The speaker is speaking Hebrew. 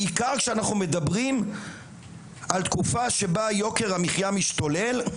בעיקר כשאנחנו מדברים על תקופה שבה יוקר המחייה משתולל.